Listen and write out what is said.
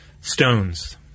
stones